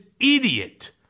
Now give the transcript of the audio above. idiot